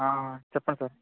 చెప్పండి సార్